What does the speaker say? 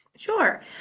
Sure